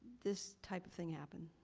this type of thing happen.